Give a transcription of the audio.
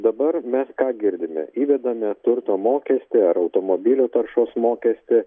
dabar mes ką girdime įvedame turto mokestį ar automobilių taršos mokestį